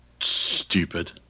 stupid